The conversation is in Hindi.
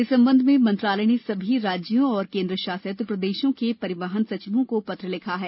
इस संबंध में मंत्रालय ने सभी राज्यों और केन्द्र शासित प्रदेशों के परिवहन सचिवों को पत्र लिखा है